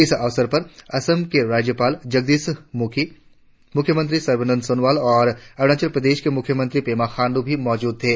इस अवसर पर असम के राज्यपाल जगदीश मुखी मुख्यमंत्री सर्बानंद सोनोवाल और अरुणाचल प्रदेश के मुख्यमंत्री पेमा खांडू भी मौजूद थे